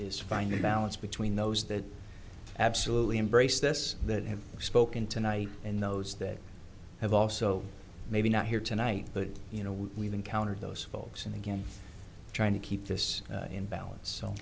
find a balance between those that absolutely embrace this that have spoken tonight and those that have also maybe not here tonight but you know we've encountered those folks and again trying to keep this in balance